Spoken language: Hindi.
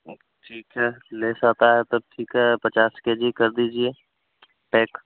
ठीक है लेस होता है तब ठीक है पचास के जी कर दीजिए पैक